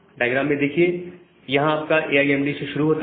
diagram में देखिए यहां आपका ए आई एम डी शुरू होता है